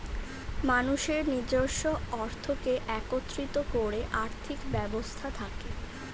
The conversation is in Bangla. মানুষের নিজস্ব অর্থকে একত্রিত করে আর্থিক ব্যবস্থা থাকে